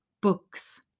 books